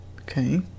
Okay